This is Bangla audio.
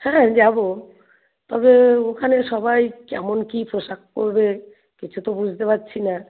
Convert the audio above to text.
হ্যাঁ যাব তবে ওখানে সবাই কেমন কী পোশাক পরবে কিছু তো বুঝতে পারছি না